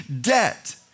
debt